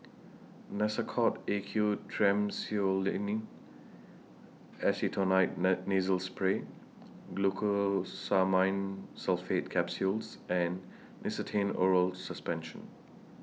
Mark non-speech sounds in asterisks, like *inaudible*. Nasacort A Q Triamcinolone Acetonide *unintelligible* Nasal Spray Glucosamine Sulfate Capsules and Nystatin Oral Suspension